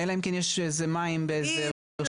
אלא אם כן יש איזה מים באיזה רשות מקומית שעושה טרנסים.